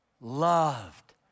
loved